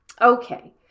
Okay